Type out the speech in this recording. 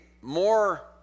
more